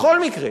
בכל מקרה,